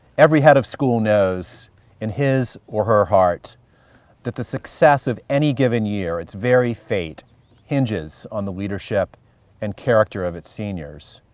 every head of school knows in his or her heart that the success of any given year, it's very fate hinges on the leadership and character of its seniors.